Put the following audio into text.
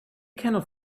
cannot